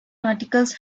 articles